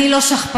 אני לא שכפ"ץ,